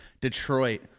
Detroit